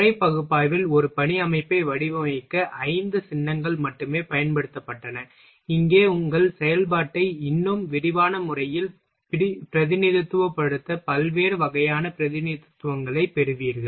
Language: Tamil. முறை பகுப்பாய்வில் ஒரு பணி அமைப்பை வடிவமைக்க ஐந்து சின்னங்கள் மட்டுமே பயன்படுத்தப்பட்டன இங்கு உங்கள் செயல்பாட்டை இன்னும் விரிவான முறையில் பிரதிநிதித்துவப்படுத்த பல்வேறு வகையான பிரதிநிதித்துவங்களைப் பெறுவீர்கள்